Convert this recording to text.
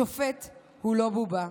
שופט הוא לא בובה.